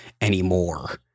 anymore